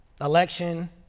Election